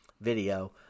video